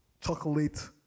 chocolate